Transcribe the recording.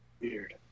weird